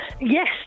Yes